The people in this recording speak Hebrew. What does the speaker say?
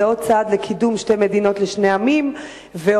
זה עוד צעד לקידום שתי מדינות לשני עמים והוכחה